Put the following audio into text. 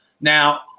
Now